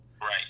Right